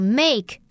make